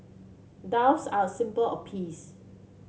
doves are a symbol of peace